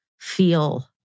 Feel